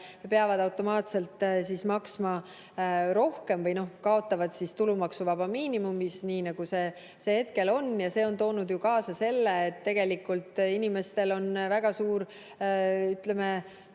peavad automaatselt maksma rohkem või kaotavad tulumaksuvabas miinimumis, nii nagu see hetkel on. See on toonud kaasa selle, et inimestel on väga suur – ma